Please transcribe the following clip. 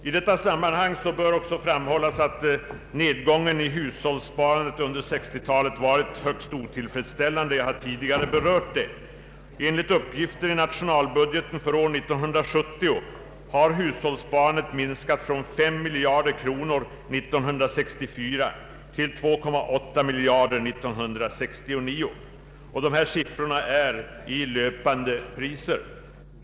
I detta sammanhang bör också framhållas att nedgången i hushållssparandet under 1960-talet varit högst otillfredsställande, vilket jag tidigare berört. Enligt uppgifter i nationalbudgeten för år 1970 har hushållssparandet minskats från 5 miljarder kronor 1964 till 2,8 miljarder kronor 1969. Siffrorna är i löpande priser.